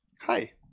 Hi